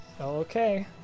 Okay